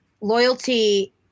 loyalty